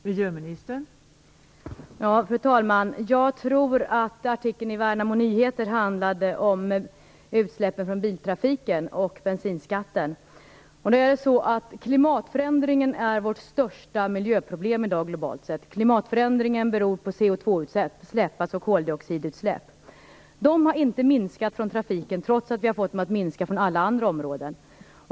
Fru talman! Jag tror att artikeln i Värnamo Nyheter handlade om utsläppen från biltrafiken och bensinskatten. Klimatförändringen är i dag globalt sett vårt största miljöproblem. Den beror på CO2-utsläpp, dvs. koldioxidutsläpp. De har inte minskat från trafiken, trots att vi har fått dem att minska från alla andra områden.